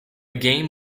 game